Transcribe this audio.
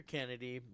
Kennedy